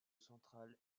central